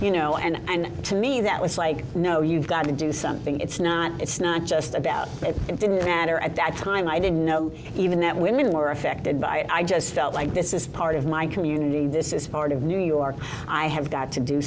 you know and to me that was like no you've got to do something it's not it's not just about it didn't matter at that time i didn't know even that women were affected by it i just felt like this is part of my community this is part of new york i have got to do